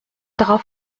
darauf